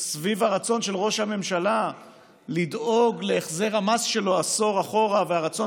סביב הרצון של ראש הממשלה לדאוג להחזר המס שלו עשור אחורה והרצון